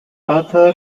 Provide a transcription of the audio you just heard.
author